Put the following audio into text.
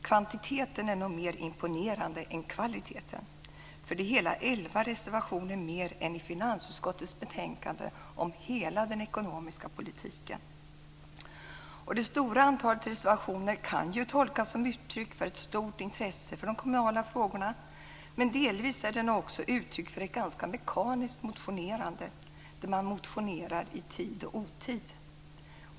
Kvantiteten är nog mer imponerande än kvaliteten, eftersom det är hela elva reservationer mer än i finansutskottets betänkande om hela den ekonomiska politiken. Det stora antalet reservationer kan ju tolkas som uttryck för ett stort intresse för de kommunala frågorna, men delvis är det nog också uttryck för ett ganska mekaniskt motionerande; man motionerar i tid och otid.